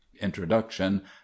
introduction